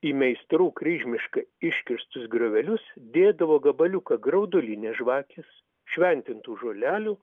į meistrų kryžmiškai iškirstus griovelius dėdavo gabaliuką graudulinės žvakės šventintų žolelių